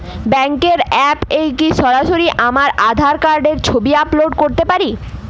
ব্যাংকের অ্যাপ এ কি সরাসরি আমার আঁধার কার্ড র ছবি আপলোড করতে পারি?